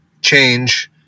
change